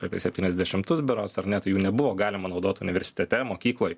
apie septyniasdešimtus berods ar ne tai jų nebuvo galima naudot universitete mokykloj